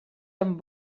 amb